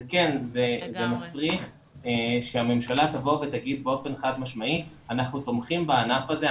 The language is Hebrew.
זה מצריך מהממשלה לבוא ולומר באופן חד משמעי שהיא תומכת בענף הזה,